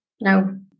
No